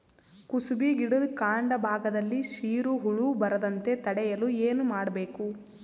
ಕುಸುಬಿ ಗಿಡದ ಕಾಂಡ ಭಾಗದಲ್ಲಿ ಸೀರು ಹುಳು ಬರದಂತೆ ತಡೆಯಲು ಏನ್ ಮಾಡಬೇಕು?